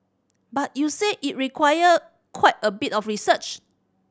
but you said it require quite a bit of research